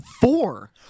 four